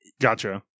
Gotcha